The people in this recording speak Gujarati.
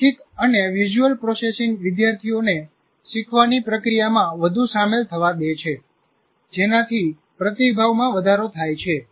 મૌખિક અને વિઝ્યુઅલ પ્રોસેસિંગ વિદ્યાર્થીઓને શીખવાની પ્રક્રિયામાં વધુ સામેલ થવા દે છે જેનાથી પ્રતિભાવમાં વધારો થાય છે